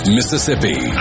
Mississippi